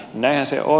näinhän se on